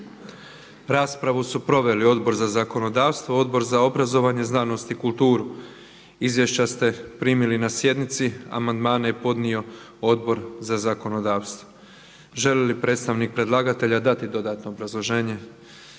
Raspravu su proveli Odbor za zakonodavstvo, Odbor za obrazovanje, znanost i kulturu. Izvješća ste primili na sjednici a amandmane je podnio Odbor za zakonodavstvo. Želi li predstavnik predlagatelja dati dodatno obrazloženje?